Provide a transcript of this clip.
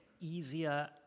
easier